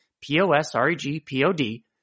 P-O-S-R-E-G-P-O-D